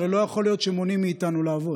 הרי לא יכול להיות שמונעים מאיתנו לעבוד.